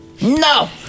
no